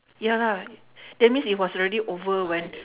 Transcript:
ya lah that means it was already over when